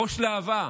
ראש להב"ה,